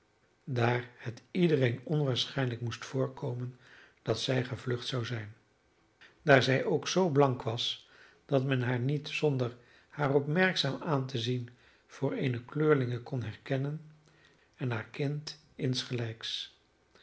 daar het iedereen onwaarschijnlijk moest voorkomen dat zij gevlucht zou zijn daar zij ook zoo blank was dat men haar niet zonder haar opmerkzaam aan te zien voor eene kleurlinge kon herkennen en haar kind insgelijks